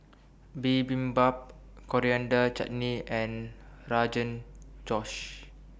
Bibimbap Coriander Chutney and Rogan Josh